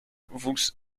wuchs